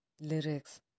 lyrics